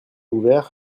ouvert